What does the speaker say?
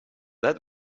that